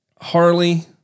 Harley